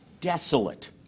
Desolate